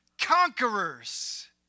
conquerors